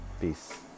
Peace